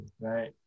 right